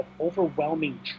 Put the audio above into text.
overwhelming